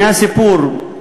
והנה הסיפור: